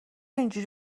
اینجوری